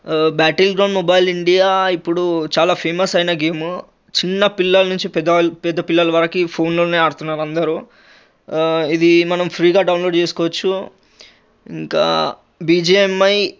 battle ground mobile India ఇప్పుడు చాలా famous అయిన గేమ్ చిన్నపిల్లల్నుంచి పెద్ద వాళ్ళ పెద్ద పిల్లల వరకి ఫోన్లోనే ఆడుతున్నారు అందరూ ఇది మనం ఫ్రీగా డౌన్లోడ్ చేసుకోవచ్చు ఇంకా బిజెఎంఐ